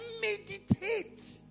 meditate